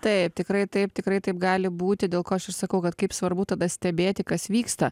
taip tikrai taip tikrai taip gali būti dėl ko aš ir sakau kad kaip svarbu tada stebėti kas vyksta